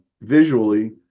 visually